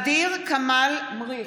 ע'דיר כמאל מריח,